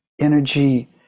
energy